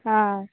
हां